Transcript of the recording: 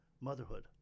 motherhood